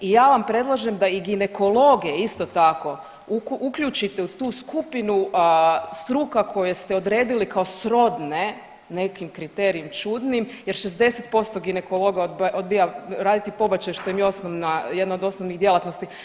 I ja vam predlažem da i ginekologe isto tako uključite u tu skupinu struka koje ste odredili kao srodne nekim kriterijem čudnim jer 60% ginekologa odbija raditi pobačaj što im je osnova, jedna od osnovnih djelatnosti.